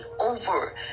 over